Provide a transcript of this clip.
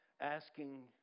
asking